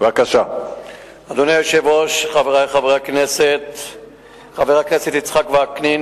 ביום כ"א באייר התש"ע (5 במאי 2010):